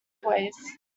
toys